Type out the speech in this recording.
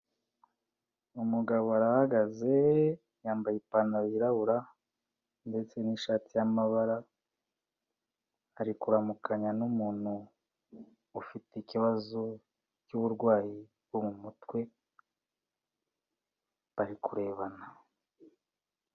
Umugabo arahagaze yambaye ipantaro yirabura ndetse n'ishati y'amabara, ari kuramukanya n'umuntu ufite ikibazo cy'uburwayi bwo mu mutwe, bari kurebana.